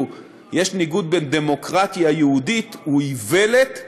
יש ניגוד בדמוקרטיה יהודית הוא איוולת.